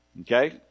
Okay